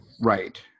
Right